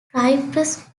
cypress